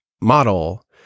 model